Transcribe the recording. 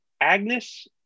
Agnes